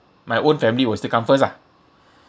my own family was to come first ah